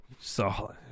Solid